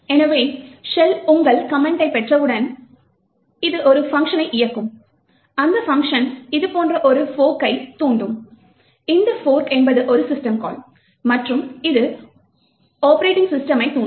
எனவே ஷெல் உங்கள் கமெண்டைப் பெற்றவுடன் இது ஒரு பங்க்ஷனை இயக்கும் அந்த பங்ஷன் இதுபோன்ற ஒரு ஃபோர்க் யைத் தூண்டும் இந்த ஃபோர்க் என்பது ஓரு சிஸ்டம் கால் மற்றும் இது ஆப்பரேட்டிங் சிஸ்டமை தூண்டும்